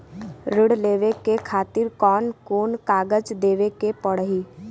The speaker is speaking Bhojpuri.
ऋण लेवे के खातिर कौन कोन कागज देवे के पढ़ही?